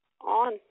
on